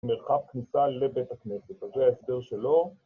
מרחב כניסה לבית הכנסת, אז זה ההסבר שלו